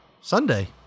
sunday